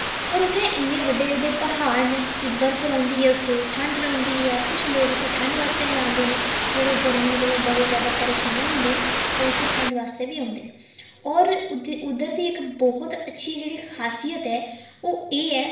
और उत्थै इन्ने बड्डे बड्डे प्हाड़ न कि बर्फ रौंह्दी ऐ उत्थै ठंड रौंह्दी ऐ किश लोक उत्थै ठंड आस्तै बी औंदे न जेह्ड़े गर्मी कोला बड़े जैदा परेशान होंदे न ओह् उत्थै ठंड आस्तै बी औंदे न होर उत्थै उद्धर दी इक बहुत अच्छी जेह्ड़ी खासियत ऐ ओह् एह् ऐ